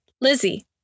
Lizzie